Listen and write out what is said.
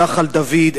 נחל דוד,